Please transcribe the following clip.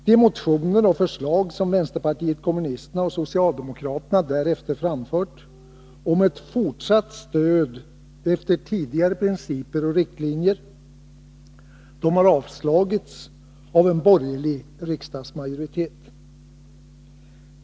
De motioner och förslag som vänsterpartiet kommunisterna och socialdemokraterna därefter framfört om ett fortsatt stöd efter tidigare principer och riktlinjer har avslagits av en borgerlig riksdagsmajoritet.